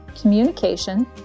communication